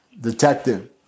detective